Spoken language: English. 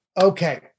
Okay